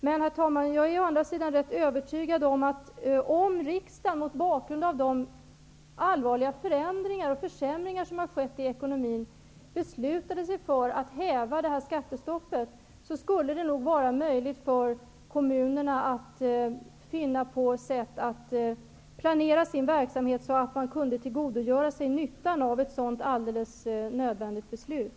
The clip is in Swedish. Men, herr talman, å andra sidan är jag rätt övertygad om att om riksdagen mot bakgrund av de allvarliga försämringar och förändringar som har skett i ekonomin beslutar sig för att häva skattestoppet, skulle det nog vara möjligt för kommunerna att finna sätt att planera sin verksamhet så, att de kunde tillgodogöra sig nyttan av ett sådant alldeles nödvändigt beslut.